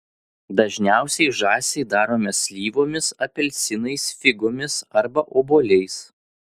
dažniausiai žąsį įdarome slyvomis apelsinais figomis arba obuoliais